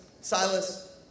Silas